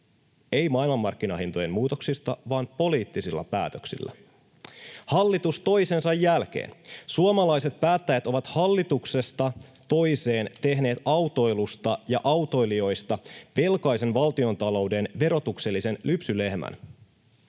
ei maailmanmarkkinahintojen muutoksista vaan poliittisilla päätöksillä hallitus toisensa jälkeen. Suomalaiset päättäjät ovat hallituksesta toiseen tehneet autoilusta ja autoilijoista velkaisen valtiontalouden verotuksellisen lypsylehmän.